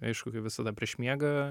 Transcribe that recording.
aišku kaip visada prieš miegą